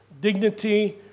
dignity